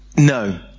No